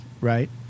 right